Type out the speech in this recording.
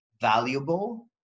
valuable